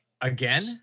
Again